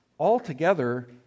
Altogether